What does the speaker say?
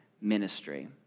ministry